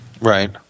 Right